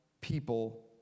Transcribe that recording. people